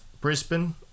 Brisbane